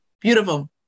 beautiful